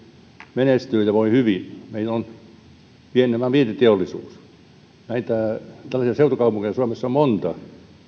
menestyy ja voi hyvin meillä on vientiteollisuus tällaisia seutukaupunkeja suomessa on monta